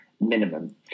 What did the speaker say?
minimum